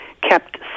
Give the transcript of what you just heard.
kept